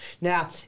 Now